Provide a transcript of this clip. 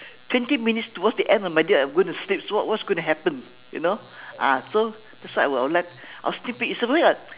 twenty minutes towards the end of my day I'm going to sleep so what's what's going to happen you know ah so that's why I will I will like I will sneak peek it's a only a